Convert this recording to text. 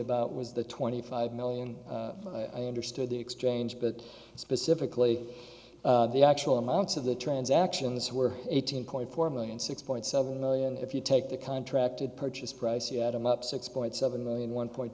about was the twenty five million i understood the exchange but specifically the actual amounts of the transactions were eighteen point four million six point seven million if you take the contracted purchase price you add them up six point seven million one point